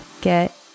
get